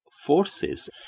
Forces